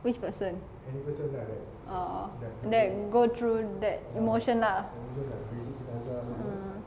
which person oh that go through that emotion lah mm